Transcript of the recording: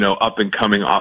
up-and-coming